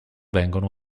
vengono